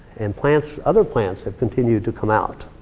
and plants, other plants have continued to come out.